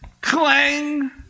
Clang